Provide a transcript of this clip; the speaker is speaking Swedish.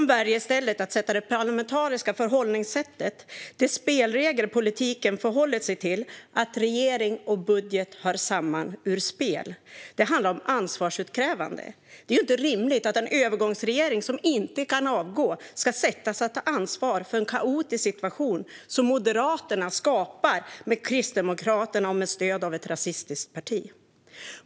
De väljer i stället att sätta det parlamentariska förhållningssättet och de spelregler som politiken förhåller sig till, det vill säga att regering och budget hör samman, ur spel. Det handlar om ansvarsutkrävande. Det är inte rimligt att en övergångsregering som inte kan avgå ska sättas att ta ansvar för en kaotisk situation som Moderaterna skapar med Kristdemokraterna och med stöd av ett rasistiskt parti.